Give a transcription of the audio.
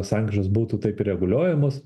sankryžos būtų taip reguliuojamos